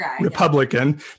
Republican